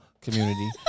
community